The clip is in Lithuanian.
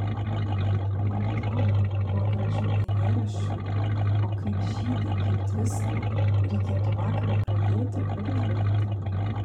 man atrodo tuo gražiu eilėraščiu o kaip žydi kaip tviska reikėtų vakarą pradėti ir užbaigti